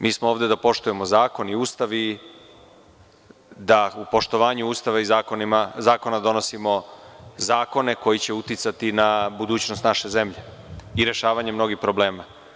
Mi smo ovde da poštujemo zakon i Ustav i da u poštovanju Ustava i zakona donosimo zakone koji će uticati na budućnost naše zemlje i rešavanje mnogih problema.